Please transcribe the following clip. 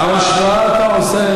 איזו השוואה אתה עושה.